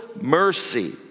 mercy